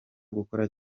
gukora